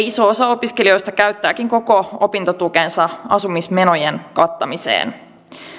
iso osa opiskelijoista käyttääkin koko opintotukensa asumismenojen kattamiseen